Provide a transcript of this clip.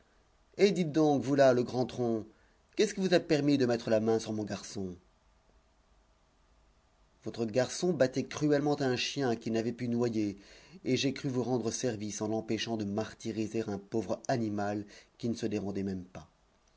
eh dites donc vous là le grand tronc qui est-ce qui vous a permis de mettre la main sur mon garçon votre garçon battait cruellement un chien qu'il n'avait pu noyer et j'ai cru vous rendre service en l'empêchant de martyriser un pauvre animal qui ne se défendait même pas